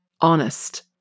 honest